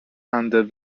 under